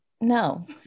no